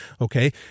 okay